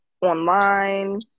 online